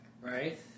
Right